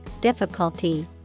difficulty